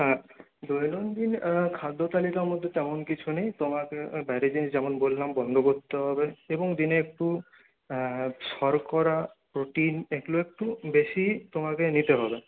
হ্যাঁ দৈনন্দিন খাদ্য তালিকার মধ্যে তেমন কিছু নেই তোমাকে ওই বাইরের জিনিস যেমন বললাম বন্ধ করতে হবে এবং দিনে একটু শর্করা প্রোটিন এগুলো একটু বেশি তোমাকে নিতে হবে